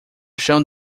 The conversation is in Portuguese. chão